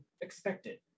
expected